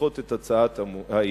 לדחות את הצעת האי-אמון.